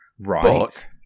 Right